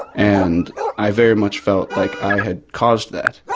and i very much felt like i had caused that.